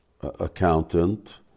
accountant